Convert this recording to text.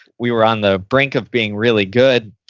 we were on the brink of being really good.